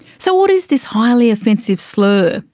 so what is this highly offensive slur,